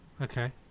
okay